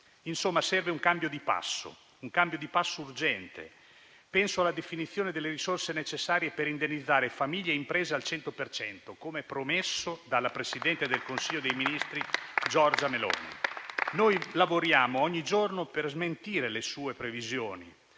Insomma, serve un cambio di passo urgente. Penso alla definizione delle risorse necessarie per indennizzare famiglie e imprese al 100 per cento, come promesso dalla presidente del Consiglio dei ministri, Giorgia Meloni. Lavoriamo ogni giorno per smentire le sue previsioni,